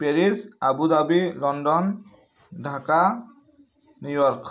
Paris Abu Dhabi London Dhaka New York